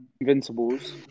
Invincibles